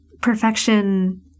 Perfection